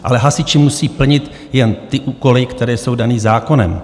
Ale hasiči musí plnit jen ty úkoly, které jsou dány zákonem.